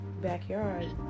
backyard